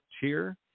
tier